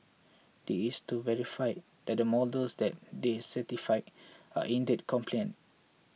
this to verify that the models that they certified are indeed compliant